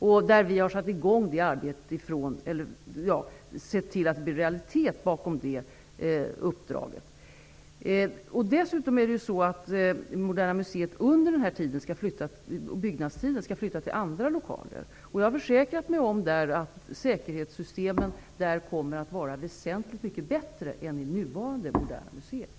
Vi har nu sett till att detta uppdrag blir realitet. Dessutom skall Moderna museet under byggnadstiden flytta till andra lokaler. Jag har försäkrat mig om att säkerhetssystemen där kommer att vara väsentligt mycket bättre än vid nuvarande Moderna museet.